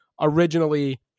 originally